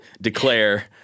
declare